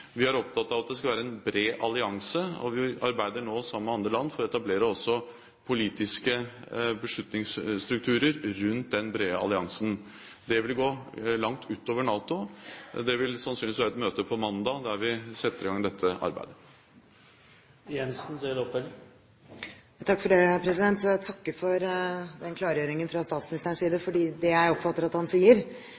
Vi er opptatt av at det skal være en bred allianse, og vi arbeider nå sammen med andre land for å etablere også politiske beslutningsstrukturer rundt den brede alliansen. Det vil gå langt utover NATO. Det vil sannsynligvis være et møte på mandag der vi setter i gang dette arbeidet. Jeg takker for den klargjøringen fra statsministerens side.